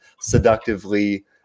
seductively